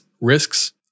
risks